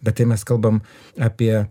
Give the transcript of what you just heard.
bet jei mes kalbam apie